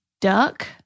duck